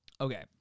Okay